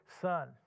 son